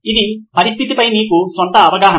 ఇది పరిస్థితిపై మీ స్వంత అవగాహన